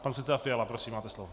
Pan předseda Fiala, prosím, máte slovo.